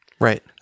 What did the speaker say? right